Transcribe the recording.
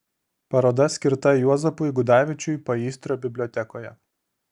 paroda skirta juozapui gudavičiui paįstrio bibliotekoje